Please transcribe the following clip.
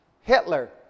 Hitler